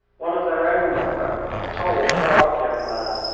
one of their own number, a tall, dark young man,